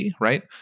right